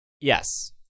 Yes